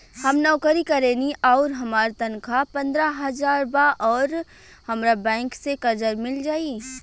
हम नौकरी करेनी आउर हमार तनख़ाह पंद्रह हज़ार बा और हमरा बैंक से कर्जा मिल जायी?